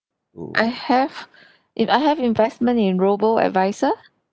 I have if I have investment in robo advisor